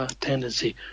tendency